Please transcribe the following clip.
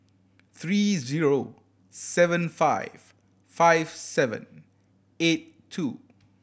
three zero seven five five seven eight two